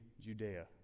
Judea